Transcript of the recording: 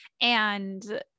and-